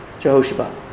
Jehoshaphat